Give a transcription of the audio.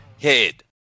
head